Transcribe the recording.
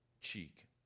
cheek